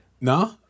No